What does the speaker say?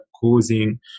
causing